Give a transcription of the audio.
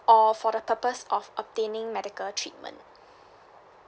or for the purpose of obtaining medical treatment